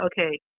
okay